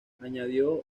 añadió